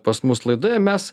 pas mus laidoje mes